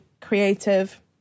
creative